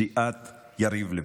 סיעת יריב לוין.